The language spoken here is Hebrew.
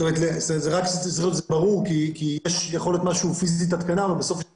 זה צריך להיות ברור כי יכול להיות משהו שהוא פיזית התקנה ובסוף זה